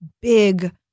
big